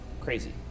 crazy